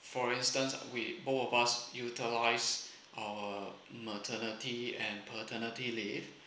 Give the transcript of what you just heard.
for instance we both of us utilize uh maternity and paternity leave